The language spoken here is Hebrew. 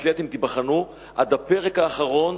אצלי אתם תיבחנו עד הפרק האחרון,